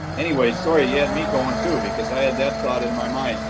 anyway, sorry, you had me going too because i had that thought in my mind.